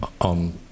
on